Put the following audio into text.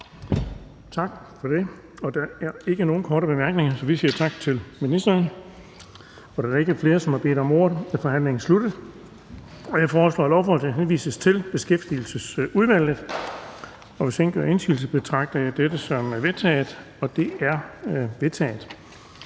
Tak for det. Der er ikke nogen korte bemærkninger, så vi siger tak til ministeren. Da der ikke er flere, som har bedt om ordet, er forhandlingen sluttet. Jeg foreslår, at lovforslaget henvises til Beskæftigelsesudvalget. Hvis ingen gør indsigelse, betragter jeg dette som vedtaget. Det er vedtaget.